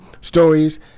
stories